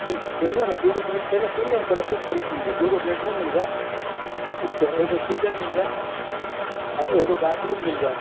ठीक सुनियौ ने पहिले दू गो बेड रूम मिल जायत एगो किचेन मिल जायत आओर एगो बाथरूम मिल जायत